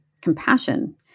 compassion